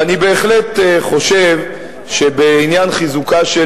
ואני בהחלט חושב שבעניין חיזוקה של